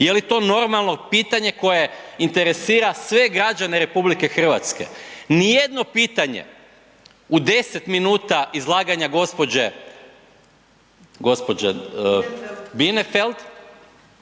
Jeli to normalno pitanje koje interesira sve građane RH? Nijedno pitanje u 10 minuta izlaganje gospođe Bienenfeld